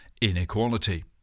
inequality